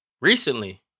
recently